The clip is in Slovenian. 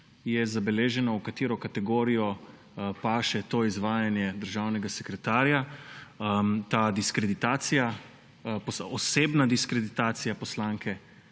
je zabeleženo, v katero kategorijo paše to izvajanje državnega sekretarja, ta diskreditacija, osebna diskreditacija poslanke,